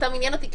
סתם עניין אותי,